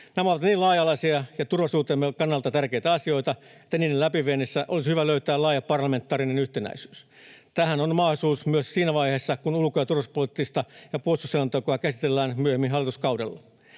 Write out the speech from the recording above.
Nämä ovat niin laaja-alaisia ja turvallisuutemme kannalta tärkeitä asioita, että niiden läpiviennissä olisi hyvä löytää laaja parlamentaarinen yhtenäisyys. Tähän on mahdollisuus myös siinä vaiheessa, kun ulko- ja turvallisuuspoliittista ja puolustusselontekoa käsitellään myöhemmin hallituskaudella.